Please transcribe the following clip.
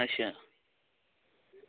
ਅੱਛਾ